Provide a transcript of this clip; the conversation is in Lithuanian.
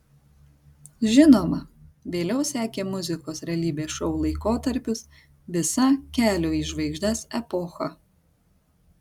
žinoma vėliau sekė muzikos realybės šou laikotarpis visa kelio į žvaigždes epocha